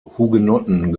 hugenotten